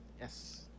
Yes